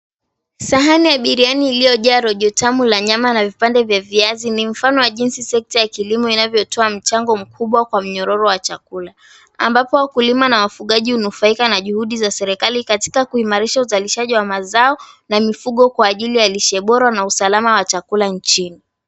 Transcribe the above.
Sahani ya biriani iliyojaa rojo tamu la nyama na vipande vya viazi ni mfano wa jinsi sekta ya kilimo inavyotoa mchango mkubwa kwa mnyororo wa chakula. Ambapo wakulima na wafugaji hunufaika na juhudi za serikali katika kuimarisha uzalishaji wa mazao na mifugo, kwa ajili ya lishe bora na usalama wa chakula nchini.